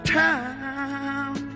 time